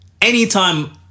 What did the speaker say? anytime